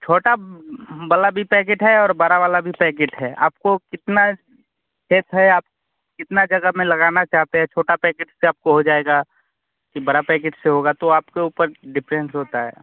छोटा बला भी पैकेट है और बड़ा वला भी पैकेट है आपको कितना स्पेस है आप कितना जगह में लगाना चाहते हैं छोटा पैकेट से आपको हो जाएगा की बड़ा पैकेट से होगा तो आपके ऊपर डिपेंडस होता है